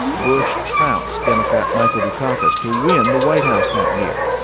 bush trounced democrat michael dukakis to win the white house that year.